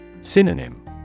Synonym